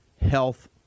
health